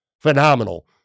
phenomenal